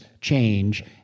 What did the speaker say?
change